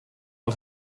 als